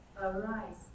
arise